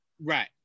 right